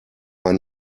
ein